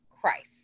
Christ